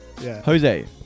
Jose